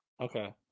Okay